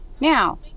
Now